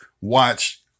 watch